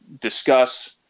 discuss